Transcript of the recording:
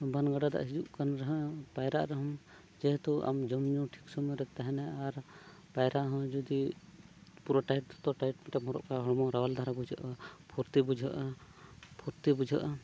ᱵᱟᱱ ᱜᱟᱰᱟ ᱫᱟᱜ ᱦᱤᱡᱩᱜ ᱠᱟᱱ ᱨᱮᱦᱚᱸ ᱯᱟᱭᱨᱟᱜ ᱨᱮᱦᱚᱸᱢ ᱡᱮᱦᱮᱛᱩ ᱟᱢ ᱡᱚᱢᱧᱩ ᱴᱷᱤᱠ ᱥᱩᱢᱟᱹᱭᱨᱮ ᱛᱟᱦᱮᱱᱟ ᱟᱨ ᱯᱟᱭᱨᱟᱜ ᱦᱚᱸ ᱡᱩᱫᱤ ᱯᱩᱨᱟᱹᱴᱟᱭ ᱫᱚᱛᱚ ᱴᱟᱭᱤᱴ ᱯᱮᱱᱴᱮᱢ ᱦᱚᱨᱚᱜ ᱠᱟᱜᱼᱟ ᱦᱚᱲᱢᱚ ᱨᱟᱣᱟᱞ ᱫᱷᱟᱨᱟ ᱵᱩᱡᱷᱟᱹᱜᱼᱟ ᱯᱷᱨᱩᱛᱤ ᱵᱩᱡᱷᱟᱹᱜᱼᱟ ᱯᱷᱩᱨᱛᱤ ᱵᱩᱡᱷᱟᱹᱜᱼᱟ